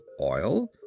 oil